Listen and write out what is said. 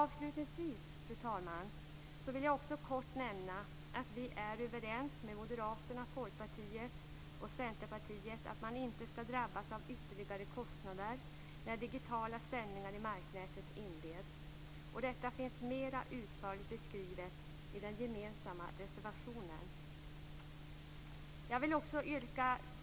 Vidare, fru talman, vill jag också kort nämna att vi är överens med Moderaterna, Folkpartiet och Centerpartiet om att man inte skall drabbas av ytterligare kostnader när digitala sändningar i marknätet inleds. Detta finns mer utförligt beskrivet i den gemensamma reservationen.